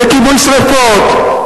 וכיבוי שרפות,